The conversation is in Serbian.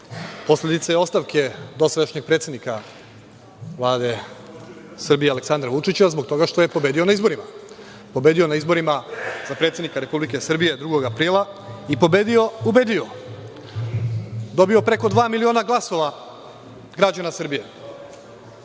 posledica je ostavke sadašnjeg predsednika Vlade Srbije Aleksandra Vučića zbog toga što je pobedio na izborima. Pobedio je na izborima za predsednika Republike Srbije 2. aprila i pobedio ubedljivo, dobio preko dva miliona glasova građana Srbije,